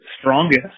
strongest